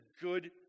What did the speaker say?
good